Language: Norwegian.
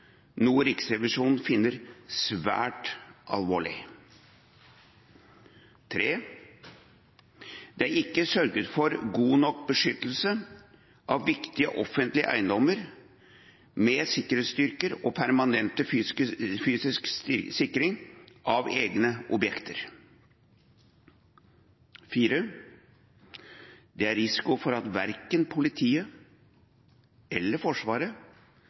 Riksrevisjonen finner svært alvorlig. Det er ikke sørget for god nok beskyttelse av viktige offentlige eiendommer med sikringsstyrker og permanent fysisk sikring av egne objekter. Det er risiko for at verken politiet eller Forsvaret,